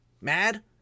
mad